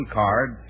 card